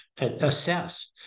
assess